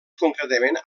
concretament